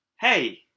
Hey